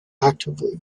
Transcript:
actively